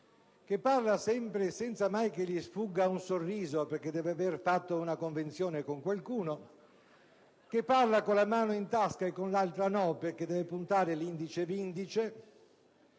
che parla sempre senza che gli sfugga mai un sorriso (perché deve aver fatto una convenzione con qualcuno) e parla con una mano in tasca e l'altra no (perché deve puntare l'indice),